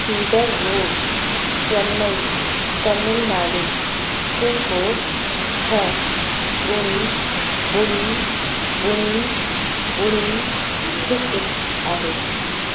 cedar Road Chennai Tamil Nadu pin code छह ॿुड़ी ॿुड़ी ॿुड़ी ॿुड़ी हिकु आहे